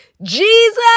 Jesus